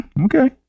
okay